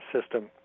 system